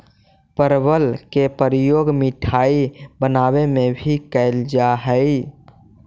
परवल के प्रयोग मिठाई बनावे में भी कैल जा हइ